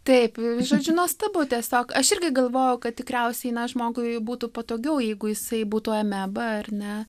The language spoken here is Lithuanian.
taip žodžiu nuostabu tiesiog aš irgi galvojau kad tikriausiai žmogui būtų patogiau jeigu jisai būtų ameba ar ne